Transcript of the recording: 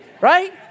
right